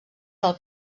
del